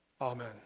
amen